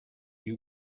you